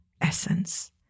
essence